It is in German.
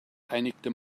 einigte